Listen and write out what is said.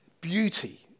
Beauty